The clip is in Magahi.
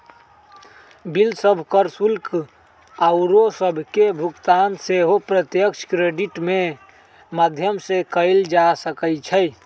बिल सभ, कर, शुल्क आउरो सभके भुगतान सेहो प्रत्यक्ष क्रेडिट के माध्यम से कएल जा सकइ छै